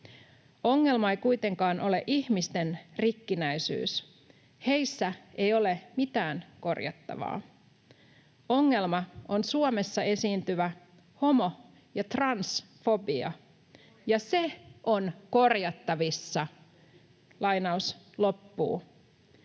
Ongelma ei kuitenkaan ole ihmisten rikkinäisyys, heissä ei ole mitään korjattavaa. Ongelma on Suomessa esiintyvä homo- ja transfobia, ja se on korjattavissa.” Kiitos.